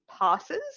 passes